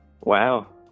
Wow